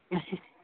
اچھا